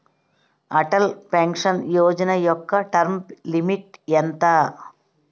Atal pension Yojana యెక్క term limit ఎంత?